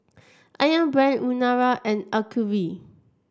ayam Brand Urana and Acuvue